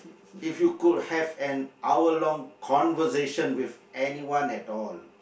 if you could have an hour long conversation with anyone at all